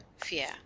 fear